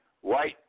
white